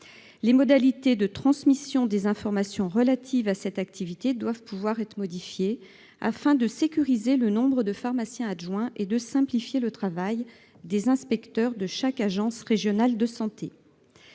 Les modalités de transmission des informations relatives à cette activité doivent pouvoir être modifiées afin de sécuriser le nombre de pharmaciens adjoints et de simplifier le travail des inspecteurs de chaque agence régionale de santé.